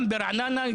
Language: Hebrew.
ברעננה,